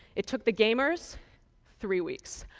it took the gamers three weeks.